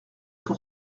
pour